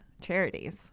charities